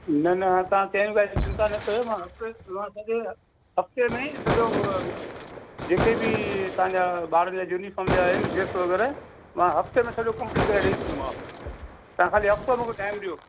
न न हाणे तव्हां खे बि ॻाल्हि जी चिन्ता न कयो मां हफ़्ते में सिबां हफ़्ते में सॼो जे के बि तव्हां जा ॿार जा यूनिफ़ॉम जा आहिनि ड्रेस वग़ैरह मां हफ़्ते में सॼो कंपलीट करे ॾई छॾींदोमांव तव्हां खाली हफ़्तो मूंखे टाइम ॾियो